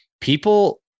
people